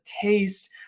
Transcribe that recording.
taste